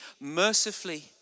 mercifully